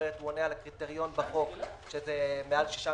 שזה אומר שהוא עונה על הקריטריון של מעל שישה